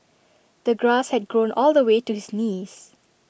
the grass had grown all the way to his knees